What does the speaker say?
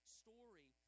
story